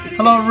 Hello